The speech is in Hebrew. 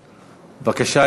גפני, בבקשה.